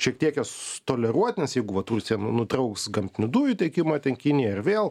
šiek tiek juos toleruot nes jeigu vat rusija nutrauks gamtinių dujų tiekimą ten kinijai ar vėl